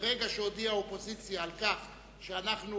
מרגע שהודיעה האופוזיציה שהיא